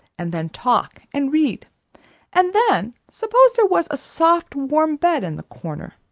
and then talk and read and then suppose there was a soft, warm bed in the corner,